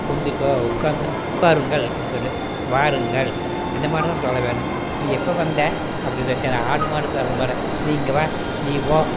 குந்திக்கோ உட்காந்து உட்காருங்கள் அப்படின்னு சொல்லி வாருங்கள் இந்தமாதிரிதான் சொல்ல வேணும் நீ எப்போ வந்த அப்படின்னு என்ன ஆடு மாடு பேசறமாதிரியா நீ இங்கே வா நீ போ